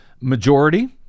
majority